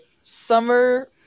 Summer